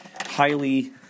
highly